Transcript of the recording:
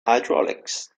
hydraulics